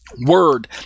word